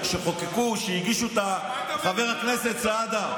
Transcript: רם בן ברדק,